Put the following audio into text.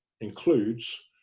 includes